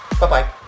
Bye-bye